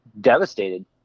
devastated